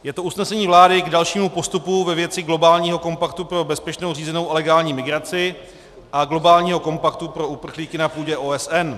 Je to usnesení vlády k dalšímu postupu ve věci globálního kompaktu pro bezpečnou, řízenou a legální migraci a globálního kompaktu pro uprchlíky na půdě OSN.